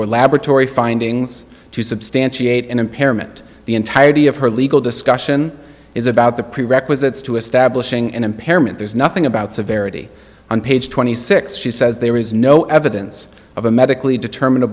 or laboratory findings to substantiate an impairment the entirety of her legal discussion is about the prerequisites to establishing an impairment there's nothing about severity on page twenty six she says there is no evidence of a medically determin